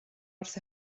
wrth